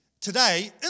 Today